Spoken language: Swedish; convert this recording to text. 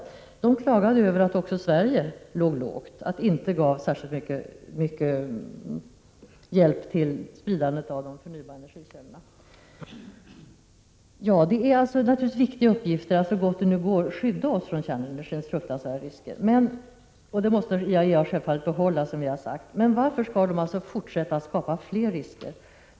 Man klagade över att också Sverige ligger lågt och inte ger särskilt mycket av hjälp till spridning av de förnybara energikällorna. Det är en viktig uppgift att så gott det går skydda oss från kärnenergins fruktansvärda risker, och den uppgiften måste IAEA självfallet behålla. Men varför skall IAEA fortsätta att skapa fler risker?